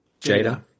Jada